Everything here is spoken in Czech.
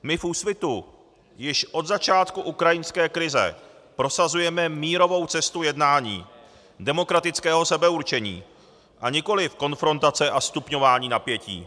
My v Úsvitu již od začátku ukrajinské krize prosazujeme mírovou cestu jednání, demokratického sebeurčení, a nikoli konfrontace a stupňování napětí.